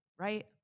right